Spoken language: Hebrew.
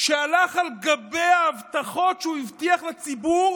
שהלך על גבי ההבטחות שהוא הבטיח לציבור